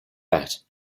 bat